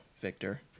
Victor